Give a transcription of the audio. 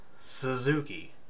Suzuki